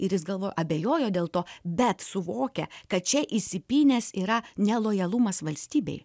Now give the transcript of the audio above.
ir jis gal abejojo dėl to bet suvokė kad čia įsipynęs yra ne lojalumas valstybei